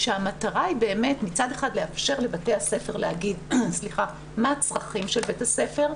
והמטרה היא באמת מצד אחד לאפשר לבתי הספר להגיד מה הצרכים של בית הספר,